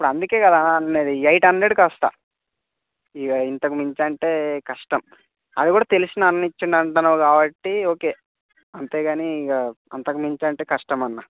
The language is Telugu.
ఇప్పుడు అందుకే కదా అన్న అనేది ఎయిట్ హండ్రెడ్కి వస్తాను ఇక ఇంతకు మించి అంటే కష్టం అది కూడా తెలిసిన అన్న ఇచ్చాడు అంటున్నావు కాబట్టి ఓకే అంతేకానీ ఇక అంతకు మించి అంటే కష్టం అన్న